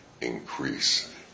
increase